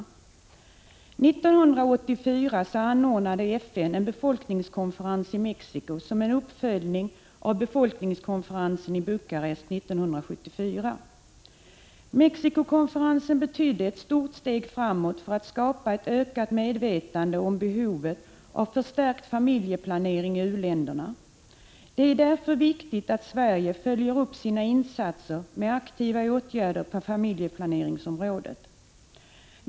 År 1984 anordnade FN en befolkningskonferens i Mexico som en uppföljning av befolkningskonferensen i Bukarest 1974. Mexicokonferensen betydde ett stort steg framåt när det gällde att skapa ett ökat medvetande om behovet av förstärkt familjeplanering i u-länderna. Det är därför viktigt att Sverige följer upp sina insatser med aktiva åtgärder på familjeplaneringsområdet.